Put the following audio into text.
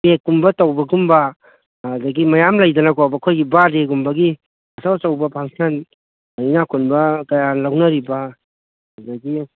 ꯄꯦꯛꯀꯨꯝꯕ ꯇꯧꯕꯒꯨꯝꯕ ꯑꯗꯒꯤ ꯃꯌꯥꯝ ꯂꯩꯗꯅꯀꯣ ꯑꯩꯈꯣꯏꯒꯤ ꯕꯑꯔꯠꯗꯦꯒꯨꯝꯕꯒꯤ ꯑꯆꯧ ꯑꯆꯧꯕ ꯐꯪꯁꯟ ꯏꯅꯥꯈꯨꯟꯕ ꯀꯌꯥ ꯂꯧꯅꯔꯤꯕ ꯑꯗꯒꯤ